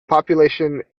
population